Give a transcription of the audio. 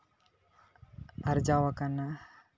ᱟᱨᱡᱟᱣ ᱟᱠᱟᱱᱟ